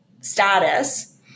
status